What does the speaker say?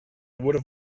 would